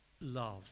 love